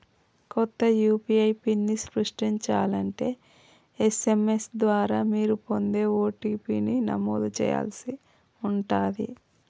కొత్త యూ.పీ.ఐ పిన్ని సృష్టించాలంటే ఎస్.ఎం.ఎస్ ద్వారా మీరు పొందే ఓ.టీ.పీ ని నమోదు చేయాల్సి ఉంటాది